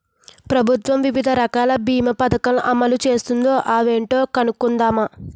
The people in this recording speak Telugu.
ప్రభుత్వం వివిధ రకాల బీమా పదకం అమలు చేస్తోంది అవేంటో కనుక్కుందామా?